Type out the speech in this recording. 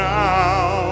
now